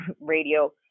radio